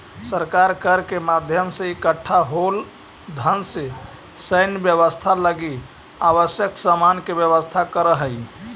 सरकार कर के माध्यम से इकट्ठा होल धन से सैन्य व्यवस्था लगी आवश्यक सामान के व्यवस्था करऽ हई